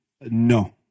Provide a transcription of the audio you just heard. No